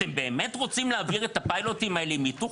אתם באמת רוצים להעביר את הפיילוט הזה עם היתוך